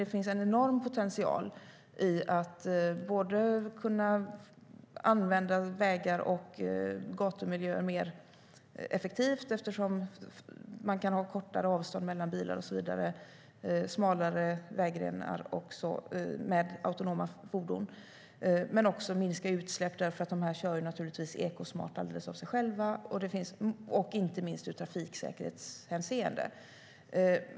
Det finns en enorm potential i att kunna använda vägar och gatumiljöer mer effektivt eftersom man kan ha kortare avstånd mellan bilar, smalare vägrenar och så vidare med autonoma fordon, i att kunna minska utsläpp eftersom de här fordonen kör ekosmart alldeles av sig själva och inte minst i trafiksäkerhetshänseende.